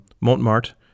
Montmartre